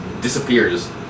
disappears